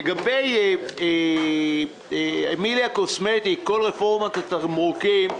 לגבי אמיליה קוסמטיקס כל רפורמת התמרוקים,